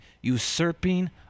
usurping